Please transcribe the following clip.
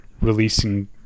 releasing